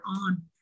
on